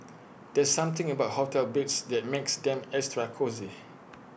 there's something about hotel beds that makes them extra cosy